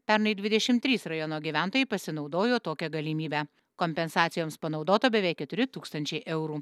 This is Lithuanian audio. pernai dvidešim trys rajono gyventojai pasinaudojo tokia galimybe kompensacijoms panaudota beveik keturi tūkstančiai eurų